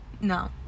No